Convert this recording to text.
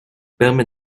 permet